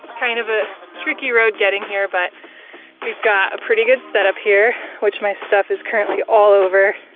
kind of a tricky road getting here, but we've got a pretty good set-up here, which my stuff is currently all over.